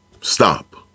stop